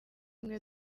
bimwe